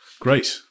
Great